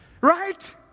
Right